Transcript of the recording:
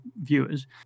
viewers